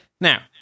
Now